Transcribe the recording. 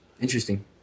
Interesting